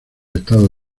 estados